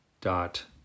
dot